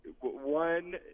one